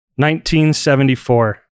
1974